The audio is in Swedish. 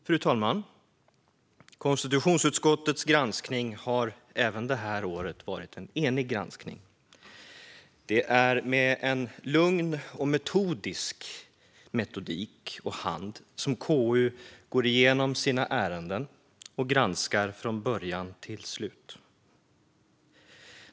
Fru talman! Konstitutionsutskottets granskning har även det här året varit en enig granskning. Det är med lugn och metodisk hand som KU går igenom sina ärenden och granskar dem från början till slut.